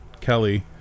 Kelly